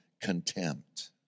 contempt